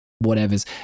whatever's